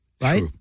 right